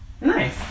Nice